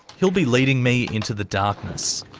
he'll be leading me into the darkness.